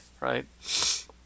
right